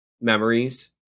memories